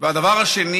והדבר השני